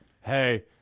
hey